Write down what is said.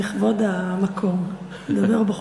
לכבוד המקום דבר בחוץ.